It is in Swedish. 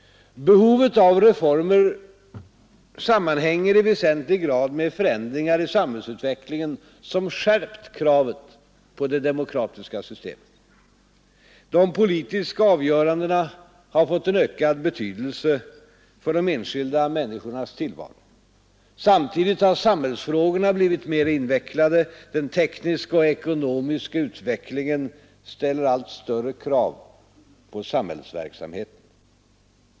Behovet av reformer sammanhänger i väsentlig grad med förändringar i samhällsutvecklingen som skärpt kravet på det demokratiska systemet. De politiska avgörandena har fått en ökad betydelse för de enskilda människornas tillvaro. Samtidigt har samhällsfrågorna blivit mer invecklade. Den tekniska och ekonomiska utvecklingen ställer allt större krav på sam hällsverksamheten.